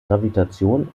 gravitation